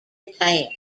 attack